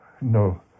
no